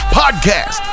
podcast